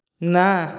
ନା